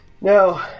no